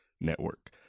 Network